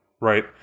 right